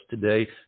today